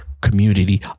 community